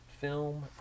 film